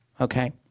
Okay